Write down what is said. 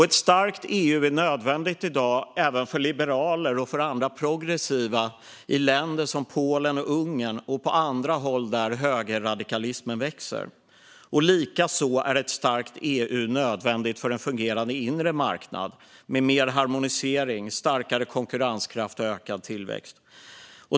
Ett starkt EU är i dag nödvändigt även för liberaler och andra progressiva i länder som Polen och Ungern och på andra håll där högerradikalismen växer. Likaså är ett starkt EU nödvändigt för en fungerande inre marknad med mer harmonisering, starkare konkurrenskraft och ökad tillväxt.